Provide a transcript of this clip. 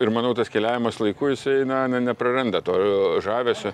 ir manau tas keliavimas laiku jisai na ne nepraranda to žavesio